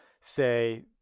say